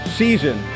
season